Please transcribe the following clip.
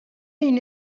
این